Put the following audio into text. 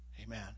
Amen